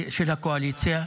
של הקואליציה.